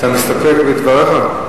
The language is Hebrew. אתה מסתפק בדבריך?